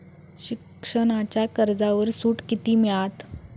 शिक्षणाच्या कर्जावर सूट किती मिळात?